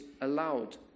allowed